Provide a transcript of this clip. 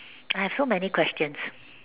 I have so many questions